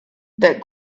that